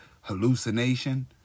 hallucination